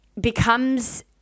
becomes